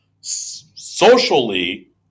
socially